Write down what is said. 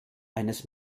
eines